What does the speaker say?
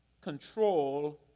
control